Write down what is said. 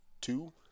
two